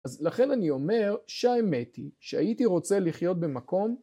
אז לכן אני אומר שהאמת היא שהייתי רוצה לחיות במקום